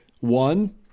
One